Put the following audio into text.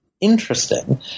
interesting